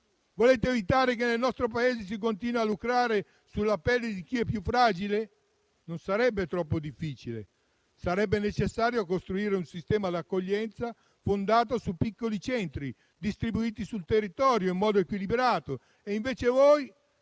Volete evitare che nel nostro Paese si continui a lucrare sulla pelle di chi è più fragile? Non sarebbe troppo difficile: sarebbe necessario costruire un sistema d'accoglienza fondato su piccoli centri, distribuiti sul territorio in modo equilibrato. Invece voi